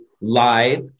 live